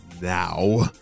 now